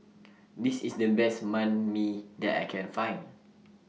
This IS The Best Banh MI that I Can Find